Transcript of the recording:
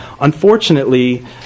Unfortunately